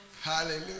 Hallelujah